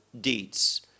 deeds